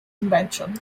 invention